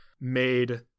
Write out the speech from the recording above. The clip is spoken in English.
made